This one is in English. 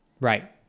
Right